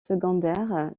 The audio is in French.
secondaires